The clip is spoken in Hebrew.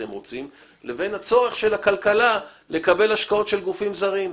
לבין הצורך של הכלכלה לקבל השקעות של גופים זרים.